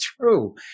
true